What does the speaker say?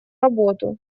работу